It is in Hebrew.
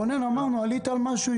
רונן, עלית על משהו.